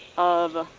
of